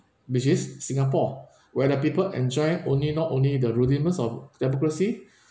which is singapore where the people enjoy only not only the rudiments of democracy